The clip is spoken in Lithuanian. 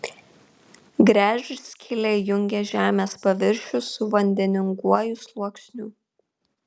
gręžskylė jungia žemės paviršių su vandeninguoju sluoksniu